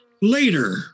later